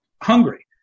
hungry